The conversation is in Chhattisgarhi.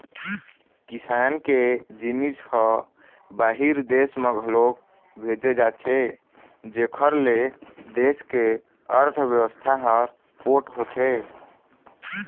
किसान के जिनिस ह बाहिर देस म घलोक भेजे जाथे जेखर ले देस के अर्थबेवस्था ह पोठ होथे